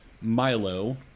Milo